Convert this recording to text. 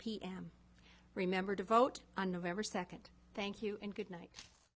pm remember to vote on november second thank you and good night